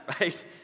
right